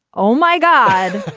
oh, my god,